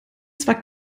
zwar